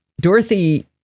dorothy